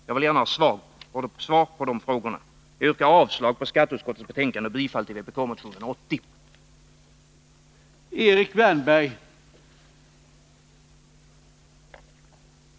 Jag vill gärna ha svar på de frågorna. Jag yrkar avslag på skatteutskottets betänkande och bifall till vpkmotionen 1981/82:80.